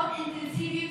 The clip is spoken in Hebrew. שיחות אינטנסיביות,